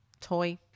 toy